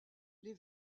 les